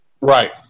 Right